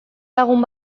lagun